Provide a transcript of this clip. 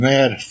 Mad